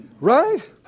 right